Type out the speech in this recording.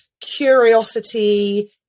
curiosity